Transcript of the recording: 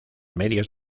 medios